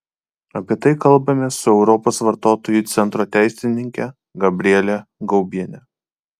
apie tai kalbamės su europos vartotojų centro teisininke gabriele gaubiene